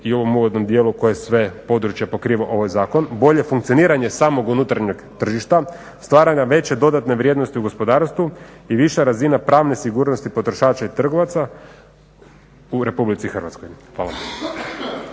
u ovom uvodnom dijelu koje sve područje pokriva ovaj zakon, bolje funkcioniranje samog unutarnjeg tržišta, stvaranja veće dodatne vrijednosti u gospodarstvu i viša razina pravne sigurnosti potrošača i trgovaca u RH. Hvala.